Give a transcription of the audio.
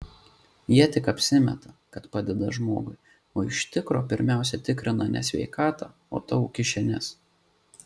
jie tik apsimeta kad padeda žmogui o iš tikro pirmiausia tikrina ne sveikatą o tavo kišenes